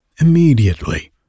Immediately